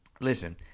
listen